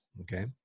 Okay